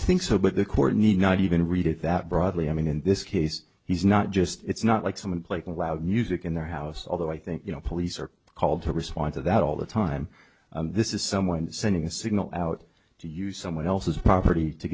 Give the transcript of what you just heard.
think so but the court need not even read it that broadly i mean in this case he's not just it's not like someone playing loud music in their house although i think you know police are called to respond to that all the time this is someone sending a signal out to use someone else's property to